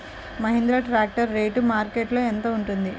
Mahindra tractor rate మార్కెట్లో యెంత ఉంటుంది?